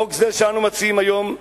חוק זה שאנו מציעים היום,